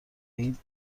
این